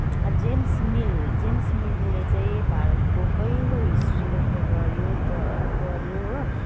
James Mill James मिलले चाहिँ भारतको पहिलो हिस्ट्री लेख्ने गऱ्यो ग गऱ्यो हो